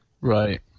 Right